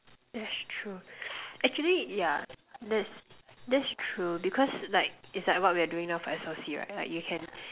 that's true actually yeah that's that's true because like it's like what we're doing now for S_O_C right like you can